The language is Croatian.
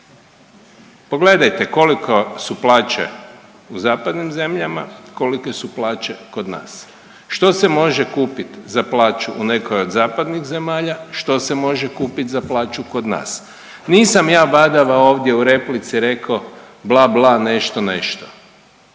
Pogledajte koliko su plaće u zapadnim zemljama kolike su plaće kod nas. Što se može kupit za plaću u nekoj od zapadnih zemalja, što se može kupit za plaću kod nas? Nisam ja badava ovdje u replici reko bla, bla, nešto, nešto,